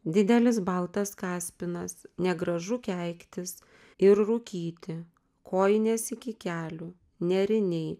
didelis baltas kaspinas negražu keiktis ir rūkyti kojinės iki kelių nėriniai